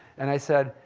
and i said,